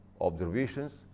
observations